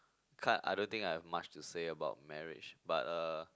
can't I don't think I have much to say about marriage but uh